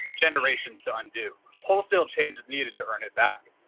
generations to undo. wholesale changes needed to earn it back.